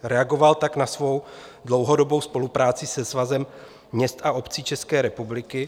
Reagoval tak na svou dlouhodobou spolupráci se Svazem měst a obcí České republiky.